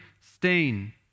stain